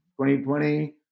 2020